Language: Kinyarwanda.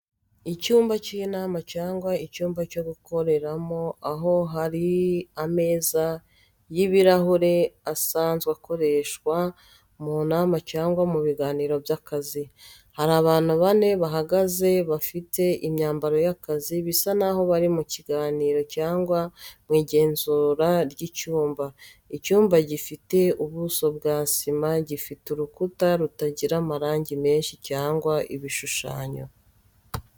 Icyumba cy'inama cyangwa icyumba cyo gukoreramo aho hari ameza y'ibirahure asanzwe akoreshwa mu nama cyangwa mu biganiro by'akazi. Hari abantu bane bahagaze bafite imyambaro y’akazi bisa n'aho bari mu kiganiro cyangwa mu igenzura ry'icyumba. Icyumba gifite ubuso bwa sima gifite urukuta rutagira amarangi menshi cyangwa ibishushanyo.